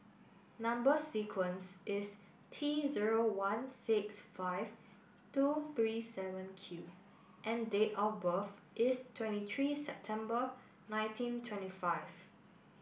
number sequence is T zero one six five two three seven Q and date of birth is twenty three September nineteen twenty five